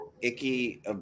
Icky